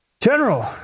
general